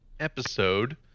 Episode